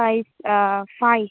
size size